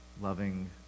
loving